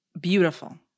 Beautiful